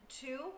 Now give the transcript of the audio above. two